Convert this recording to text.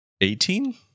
eighteen